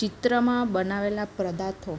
ચિત્રમાં બનાવેલાં પદાર્થો